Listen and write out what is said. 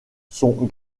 sont